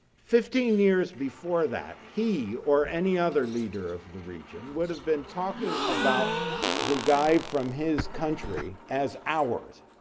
fifteen years before that, he or any other leader of the region would have been talking about the guy from his country as ours.